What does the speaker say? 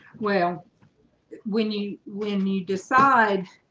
well when you when you decide